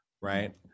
Right